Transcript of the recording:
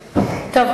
לא,